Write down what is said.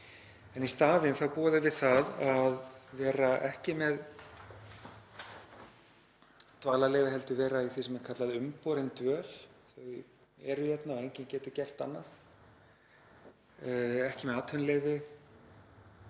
En í staðinn þá búa þau við það að vera ekki með dvalarleyfi heldur eru í því sem er kallað umborin dvöl. Þau eru hérna og enginn getur gert annað, eru ekki með atvinnuleyfi,